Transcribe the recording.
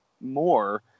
more